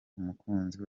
umukunzi